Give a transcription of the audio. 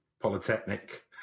Polytechnic